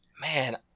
Man